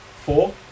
Four